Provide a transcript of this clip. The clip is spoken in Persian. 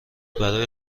برای